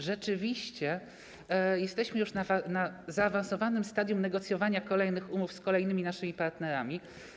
Rzeczywiście jesteśmy już w zaawansowanym stadium negocjowania kolejnych umów z kolejnymi naszymi partnerami.